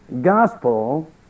gospel